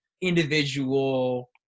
individual